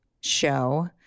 show